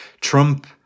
Trump